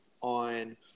on